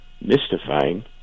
mystifying